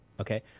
Okay